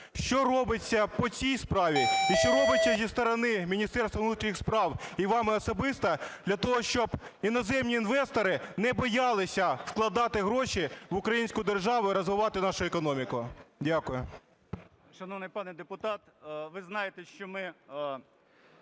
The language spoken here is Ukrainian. Що робиться по цій справі і що робиться зі сторони Міністерства внутрішніх справ і вами особисто для того, щоб іноземні інвестори не боялися вкладати гроші в українську державу і розвивати нашу економіку? Дякую. 10:50:46 АВАКОВ А.Б. Шановний пане депутат, ви знаєте, що ми